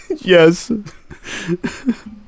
Yes